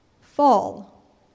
Fall